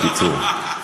בקיצור.